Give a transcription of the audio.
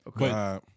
okay